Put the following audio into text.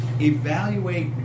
Evaluate